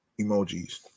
emojis